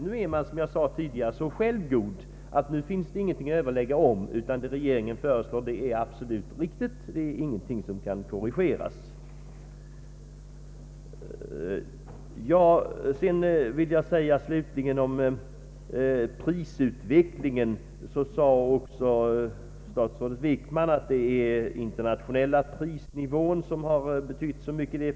Nu är man som jag förut sade så självgod att det nu inte finns något att överlägga om, utan det regeringen föreslår, det är absolut riktigt, det är ingenting som kan korrigeras. Om Pprisutvecklingen slutligen sade statsrådet Wickman att det är den internationella prisnivån som betytt så mycket.